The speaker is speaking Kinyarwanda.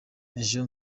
ejo